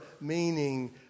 meaning